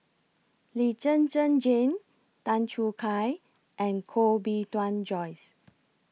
Lee Zhen Zhen Jane Tan Choo Kai and Koh Bee Tuan Joyce